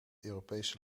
europese